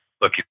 look